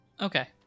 Okay